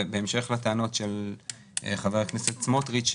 ובהמשך לטענות של חבר הכנסת סמוטריץ',